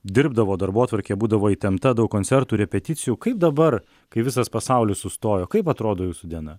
dirbdavot darbotvarkė būdavo įtempta daug koncertų repeticijų kaip dabar kai visas pasaulis sustojo kaip atrodo jūsų diena